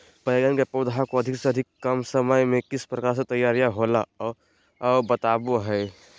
बैगन के पौधा को अधिक से अधिक कम समय में किस प्रकार से तैयारियां होला औ बताबो है?